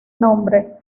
nombre